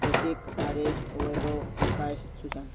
Prashik Aadesh Vaibhav Akash Sushant